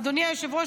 אדוני היושב-ראש,